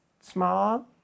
small